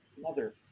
mother